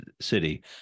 city